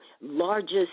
largest